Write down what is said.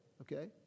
okay